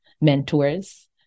mentors